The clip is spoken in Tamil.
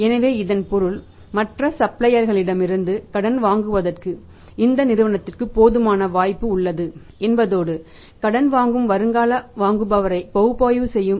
எனவே இதன் பொருள் மற்ற சப்ளையர்களிடமிருந்து கடன் வாங்குவதற்கு இந்த நிறுவனத்திற்கு போதுமான வாய்ப்பு உள்ளது என்பதோடு கடன் வாங்கும் வருங்கால வாங்குபவரைப் பகுப்பாய்வு செய்யும்